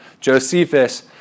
Josephus